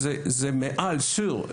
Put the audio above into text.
זה מעל סור,